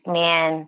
man